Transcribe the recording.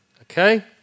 Okay